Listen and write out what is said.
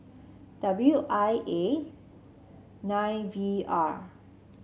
W I A nine V R